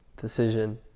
decision